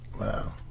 Wow